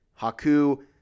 Haku